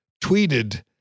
tweeted